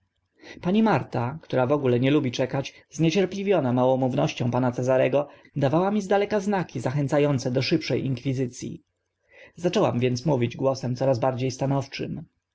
pani marta która w ogóle nie lubi czekać zniecierpliwiona małomównością pana cezarego dawała mi z daleka znaki zachęca ące do szybsze inkwizyc i zaczęłam więc mówić głosem coraz bardzie stanowczym